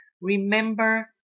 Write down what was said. remember